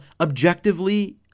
objectively